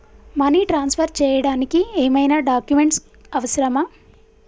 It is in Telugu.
మనీ ట్రాన్స్ఫర్ చేయడానికి ఏమైనా డాక్యుమెంట్స్ అవసరమా?